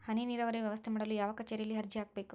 ಹನಿ ನೇರಾವರಿ ವ್ಯವಸ್ಥೆ ಮಾಡಲು ಯಾವ ಕಚೇರಿಯಲ್ಲಿ ಅರ್ಜಿ ಹಾಕಬೇಕು?